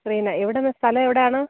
റീന എവിടുന്ന് സ്ഥലം എവിടെയാണ്